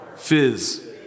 Fizz